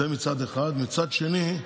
זה מצד אחד, מצד שני,